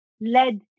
led